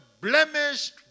blemished